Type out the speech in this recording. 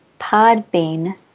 Podbean